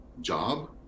job